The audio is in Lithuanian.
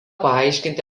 paaiškinti